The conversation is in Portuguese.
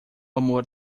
amor